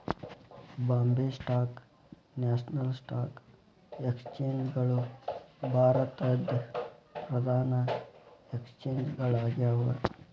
Bombay stock national stock exchange ಗಳು ಭಾರತದ್ ಪ್ರಧಾನ ಎಕ್ಸ್ಚೇಂಜ್ ಗಳಾಗ್ಯಾವ